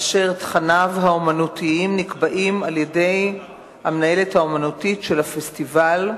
אשר תכניו האמנותיים נקבעים על-ידי המנהלת האמנותית של הפסטיבל.